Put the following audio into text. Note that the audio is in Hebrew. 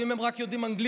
ואם הם יודעים רק אנגלית,